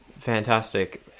fantastic